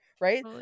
right